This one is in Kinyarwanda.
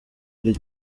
ari